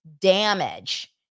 damage